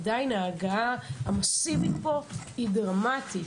עדיין ההגעה המאסיבית מאוד והיא דרמטית.